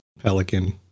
Pelican